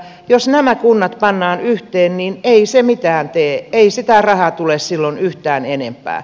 jos nämä kunnat pannaan yhteen niin ei se mitään tee ei sitä rahaa tule silloin yhtään enempää